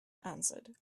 answered